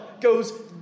goes